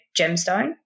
gemstone